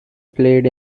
played